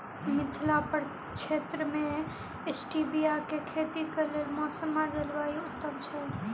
मिथिला प्रक्षेत्र मे स्टीबिया केँ खेतीक लेल मौसम आ जलवायु उत्तम छै?